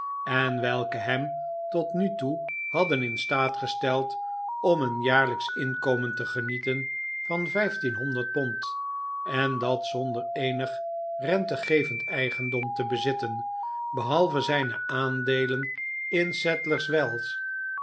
en welke hem tot nu toe hadden in staat gesteld om een jaarlijksch inkomen te genieten van vijftien honderd pond en dat zonder eenigrentegevendeigendom te bezitten behalve zijne aandeelen